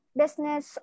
business